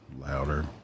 louder